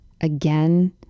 again